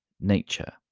nature